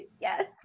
yes